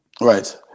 Right